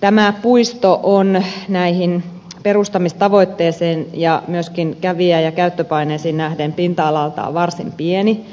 tämä puisto on näihin perustamistavoitteisiin ja myöskin kävijä ja käyttöpaineisiin nähden pinta alaltaan varsin pieni